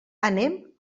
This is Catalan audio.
anem